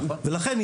לכן,